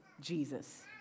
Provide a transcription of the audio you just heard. Jesus